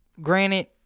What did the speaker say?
granted